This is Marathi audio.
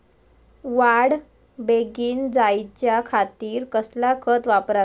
वाढ बेगीन जायच्या खातीर कसला खत वापराचा?